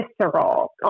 visceral